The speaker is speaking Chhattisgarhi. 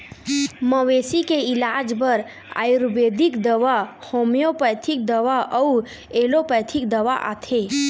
मवेशी के इलाज बर आयुरबेदिक दवा, होम्योपैथिक दवा अउ एलोपैथिक दवा आथे